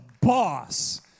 boss